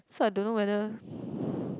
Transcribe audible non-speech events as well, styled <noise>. so I don't know whether <breath>